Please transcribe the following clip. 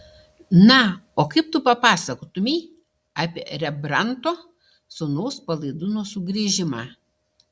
na o kaip tu papasakotumei apie rembrandto sūnaus palaidūno sugrįžimą